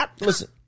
Listen